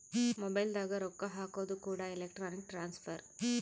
mobile ದಾಗ ರೊಕ್ಕ ಹಾಕೋದು ಕೂಡ ಎಲೆಕ್ಟ್ರಾನಿಕ್ ಟ್ರಾನ್ಸ್ಫರ್